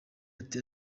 ati